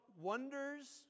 Wonders